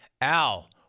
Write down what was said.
Al